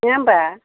नङा होम्बा